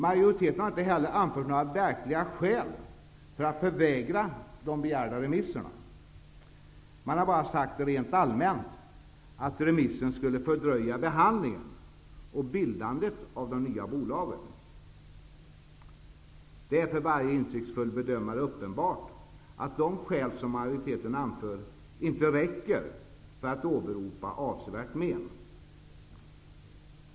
Majoriteten har inte heller anfört några verkliga skäl för att förvägra de begärda remisserna. Man har bara rent allmänt sagt att remissen skulle fördröja behandlingen och bildandet av de nya bolagen. Det är för varje insiktsfull bedömare uppenbart att de skäl som majoriteten anför inte räcker för att åberopa avsevärt men.